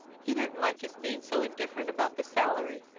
he didn't like his being so indifferent about the salary.